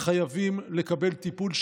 חייבים לקבל טיפול,